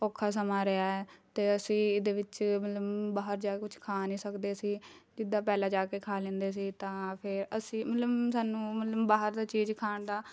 ਔਖਾ ਸਮਾਂ ਰਿਹਾ ਹੈ ਅਤੇ ਅਸੀਂ ਇਹਦੇ ਵਿੱਚ ਮਤਲਬ ਬਾਹਰ ਜਾ ਕੁਛ ਖਾ ਨਹੀਂ ਸਕਦੇ ਸੀ ਜਿੱਦਾਂ ਪਹਿਲਾਂ ਜਾ ਕੇ ਖਾ ਲੈਂਦੇ ਸੀ ਤਾਂ ਫਿਰ ਅਸੀਂ ਮਤਲਬ ਸਾਨੂੰ ਮਤਲਬ ਬਾਹਰ ਦੀ ਚੀਜ਼ ਖਾਣ ਦਾ